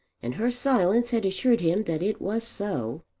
and her silence had assured him that it was so.